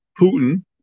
Putin